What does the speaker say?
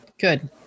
Good